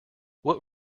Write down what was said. what